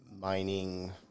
Mining